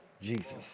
Jesus